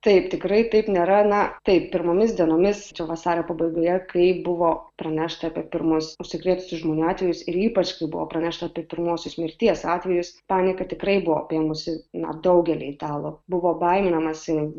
taip tikrai taip nėra na taip pirmomis dienomis čia vasario pabaigoje kai buvo pranešta apie pirmus užsikrėtusių žmonių atvejus ir ypač kai buvo pranešta apie pirmuosius mirties atvejus panika tikrai buvo apėmusi na daugelį italų buvo baiminamasi